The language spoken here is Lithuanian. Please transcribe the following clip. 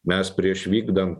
mes prieš vykdant